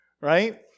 right